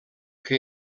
que